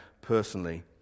personally